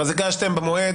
הגשתם במועד,